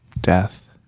Death